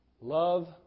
Love